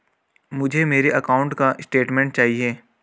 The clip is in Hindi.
मुझे मेरे अकाउंट का स्टेटमेंट चाहिए?